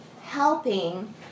helping